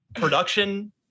production